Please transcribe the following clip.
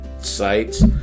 sites